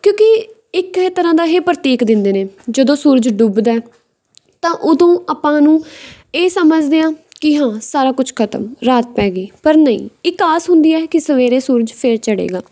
ਕਿਉਂਕਿ ਇੱਕ ਤਰ੍ਹਾਂ ਦਾ ਇਹ ਪ੍ਰਤੀਕ ਦਿੰਦੇ ਨੇ ਜਦੋਂ ਸੂਰਜ ਡੁੱਬਦਾ ਤਾਂ ਉਦੋਂ ਆਪਾਂ ਨੂੰ ਇਹ ਸਮਝਦੇ ਹਾਂ ਕਿ ਹਾਂ ਸਾਰਾ ਕੁਛ ਖ਼ਤਮ ਰਾਤ ਪੈ ਗਈ ਪਰ ਨਹੀਂ ਇੱਕ ਆਸ ਹੁੰਦੀ ਹੈ ਕਿ ਸਵੇਰੇ ਸੂਰਜ ਫਿਰ ਚੜੇਗਾ